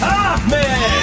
Hoffman